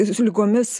su ligomis